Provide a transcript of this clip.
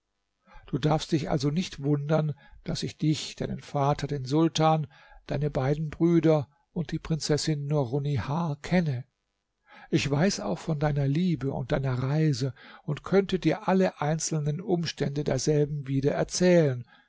du darfst dich also nicht wundern daß ich dich deinen vater den sultan deine beiden brüder und die prinzessin nurunnihar kenne ich weiß auch von deiner liebe und deiner reise und könnte dir alle einzelnen umstände derselben wieder erzählen